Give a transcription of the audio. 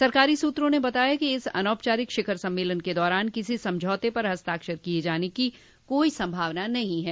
सरकारी सूत्रों ने बताया है कि इस अनौपचारिक शिखर सम्मेलन के दौरान किसी समझौते पर हस्ताक्षर किये जाने की कोई संभावना नहीं है